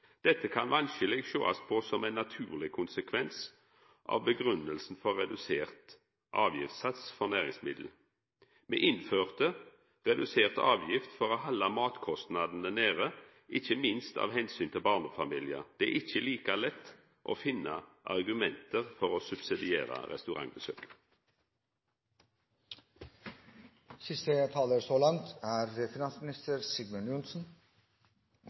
Dette kan vanskeleg sjåast som ein naturleg konsekvens av grunngivinga for redusert avgiftssats for næringsmiddel. Me innførte redusert avgift for å halda matkostnadane nede, ikkje minst av omsyn til barnefamiliar. Det er ikkje like lett å finna argument for å subsidiera